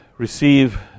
receive